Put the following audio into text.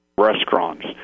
restaurants